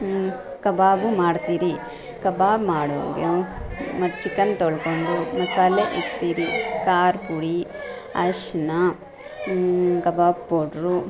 ಕಬಾಬ್ ಮಾಡ್ತೀರಿ ಕಬಾಬ್ ಮಾಡುವಾಗ ಅದು ಚಿಕನ್ ತೊಳ್ಕೊಂಡು ಮಸಾಲೆ ಇಡ್ತೀರಿ ಖಾರದ ಪುಡಿ ಅರಶಿನ ಕಬಾಬ್ ಪೌಡ್ರು